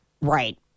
Right